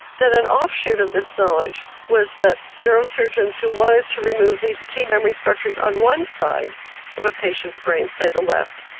then an offshoot of this knowledge was that neurosurgeons who wanted to remove these key memory structures on one side of a patient's brain, say the left,